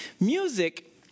Music